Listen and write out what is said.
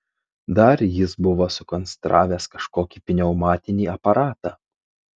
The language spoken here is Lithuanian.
dar jis buvo sukonstravęs kažkokį pneumatinį aparatą